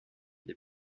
des